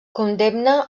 condemna